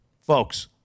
Folks